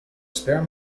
spare